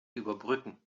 überbrücken